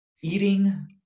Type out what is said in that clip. eating